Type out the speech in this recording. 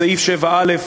סעיף 7א,